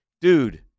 dude